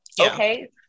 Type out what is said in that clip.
Okay